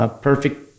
Perfect